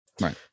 Right